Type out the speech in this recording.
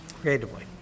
creatively